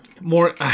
More